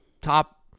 top